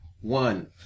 one